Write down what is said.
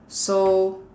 so